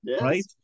Right